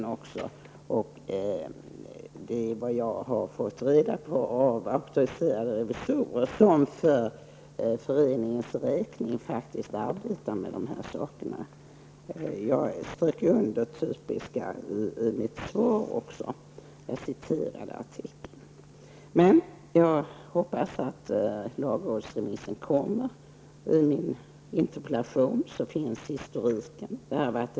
Det här är också vad jag har fått reda på av auktoriserade revisorer som för föreningens räkning faktiskt arbetar med dessa saker. Vidare betonar jag ordet typiska i mitt svar när jag citerar den aktuella artikeln. Jag hoppas i varje fall att det kommer en lagrådsremiss. I min interpellation återfinns historiken i sammanhanget.